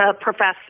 professor